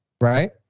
right